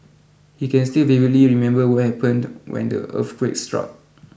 he can still vividly remember what happened when the earthquake struck